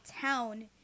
town